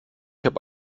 habe